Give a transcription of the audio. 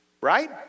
Right